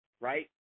right